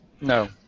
No